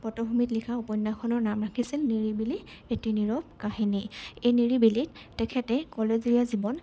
পটভূমিত লিখা উপন্যাসখনৰ নাম ৰাখিছিল নিৰিবিলি এটি নিৰৱ কাহিনী এই নিৰিবিলিত তেখেতে কলেজীয়া জীৱন